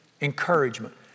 Encouragement